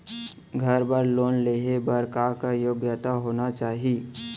घर बर लोन लेहे बर का का योग्यता होना चाही?